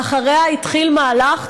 ואחריה התחיל מהלך,